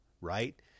right